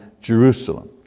Jerusalem